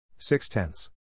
Six-tenths